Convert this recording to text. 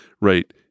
right